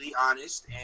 honest